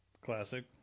Classic